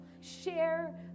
share